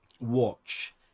watch